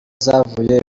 zavuye